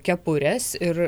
kepurės ir